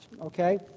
Okay